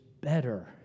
better